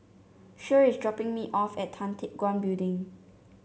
Shirl is dropping me off at Tan Teck Guan Building